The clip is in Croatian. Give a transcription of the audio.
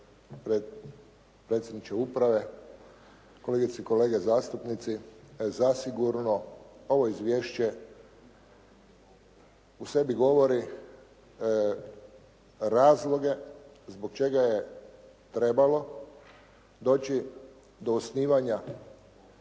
predsjedniče uprave, kolegice i kolege zastupnici. Zasigurno ovo izvješće u sebi govori razloge zbog čega je trebalo doći do osnivanja